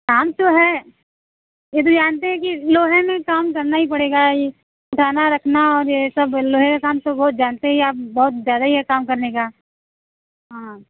काम तो है जैसे जानते हैं कि लोहे में काम करना ही पड़ेगा दाना रखना और ये सब लोहे का काम तो वो आप तो जानते ही है बहुत ज़्यादा ही है काम करने का